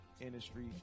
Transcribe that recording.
industry